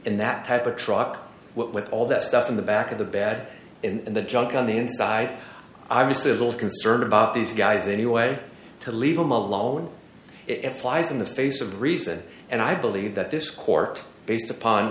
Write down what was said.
and that type of truck what with all that stuff in the back of the bed and the junk on the inside obviously little concern about these guys anyway to leave them alone if flies in the face of reason and i believe that this court based upon